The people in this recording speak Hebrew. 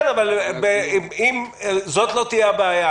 כן, אבל זאת לא תהיה הבעיה.